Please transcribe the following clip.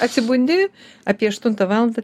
atsibundi apie aštuntą valandą